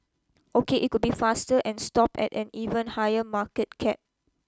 ok it could be faster and stop at an even higher market cap